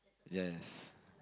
yes